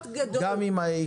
גדול,